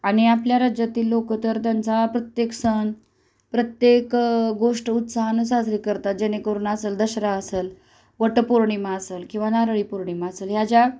आणि आपल्या राज्यातील लोकं तर त्यांचा प्रत्येक सण प्रत्येक गोष्ट उत्साहानं साजरी करतात जेणेकरून असल दसरा असंल वटपौर्णिमा असंल किंवा नारळीपौर्णिमा असंल ह्या ज्या